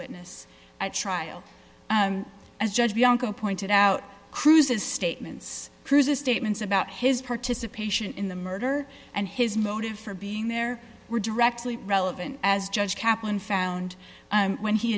witness at trial as judge bianca pointed out cruise's statements cruise's statements about his participation in the murder and his motive for being there were directly relevant as judge kaplan found when he